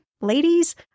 ladies